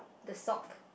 the sock